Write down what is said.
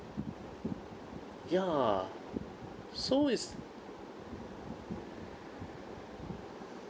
ya so it's